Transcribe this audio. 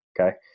Okay